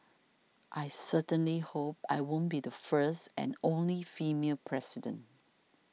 I certainly hope I won't be the first and only female president